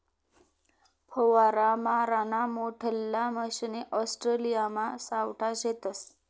फवारा माराना मोठल्ला मशने ऑस्ट्रेलियामा सावठा शेतस